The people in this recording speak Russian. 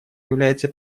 является